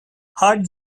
hard